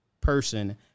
person